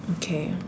okay